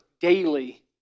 daily